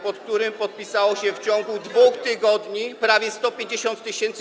pod którym podpisało się w ciągu 2 tygodni prawie 150 tys.